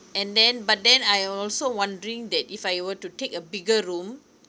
and then but then I also wondering that if I were to take a bigger room